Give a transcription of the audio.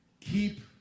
Keep